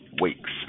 weeks